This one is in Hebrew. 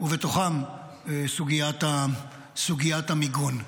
ובתוכם סוגית המיגון.